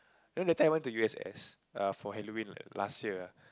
you know that time I went to U_S_S err for Halloween like last year